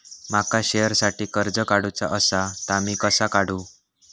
माका शेअरसाठी कर्ज काढूचा असा ता मी कसा काढू?